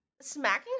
smacking